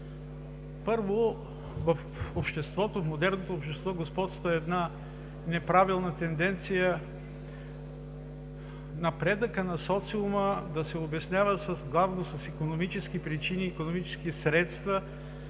Първо, в обществото – в модерното общество, господства една неправилна тенденция, напредъкът на социума да се обяснява главно с икономически причини и икономически средства,